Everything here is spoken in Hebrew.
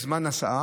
יש זמן יציאה.